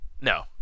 No